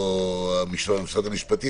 מול אנשי משרד המשפטים.